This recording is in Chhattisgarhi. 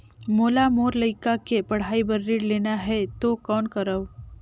मोला मोर लइका के पढ़ाई बर ऋण लेना है तो कौन करव?